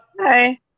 Hi